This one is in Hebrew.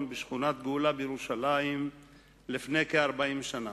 בשכונת גאולה בירושלים לפני כ-40 שנה.